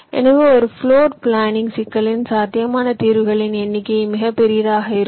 எனவே ஒரு floor planning சிக்கலின் சாத்தியமான தீர்வுகளின் எண்ணிக்கை மிகப் பெரியதாக இருக்கும்